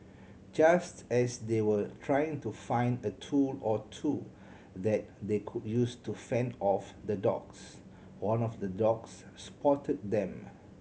just as they were trying to find a tool or two that they could use to fend off the dogs one of the dogs spotted them